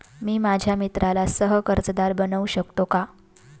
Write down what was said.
मी माझ्या मित्राला सह कर्जदार बनवू शकतो का?